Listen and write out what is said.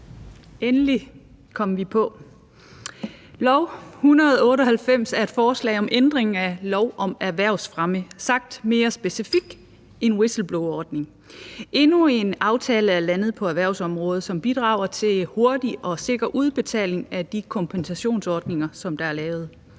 Endelig kom vi på. L 198 er et forslag om ændring af lov om erhvervsfremme – sagt mere specifikt: en whistleblowerordning. Endnu en aftale er landet på erhvervsområdet, som bidrager til hurtig og sikker udbetaling af de kompensationsordninger, som der er lavet.